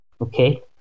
okay